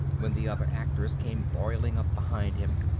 when the other actors came boiling up behind him,